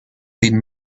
been